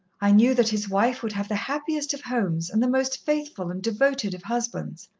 i knew that his wife would have the happiest of homes and the most faithful and devoted of husbands.